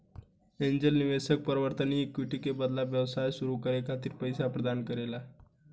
angel निवेशक परिवर्तनीय equity के बदला व्यवसाय सुरू करे खातिर पईसा प्रदान करेला